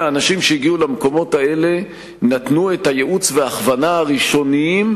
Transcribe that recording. האנשים שהגיעו למקומות האלה נתנו את הייעוץ וההכוונה הראשוניים